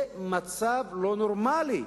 זה מצב לא נורמלי.